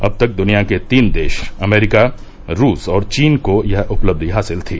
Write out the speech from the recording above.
अब तक दुनिया के तीन देश अमेरिका रूस और चीन को यह उपलब्धि हासिल थी